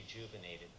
rejuvenated